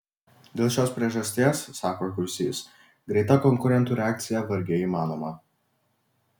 dėl šios priežasties sako kuisys greita konkurentų reakcija vargiai įmanoma